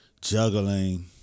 juggling